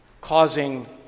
causing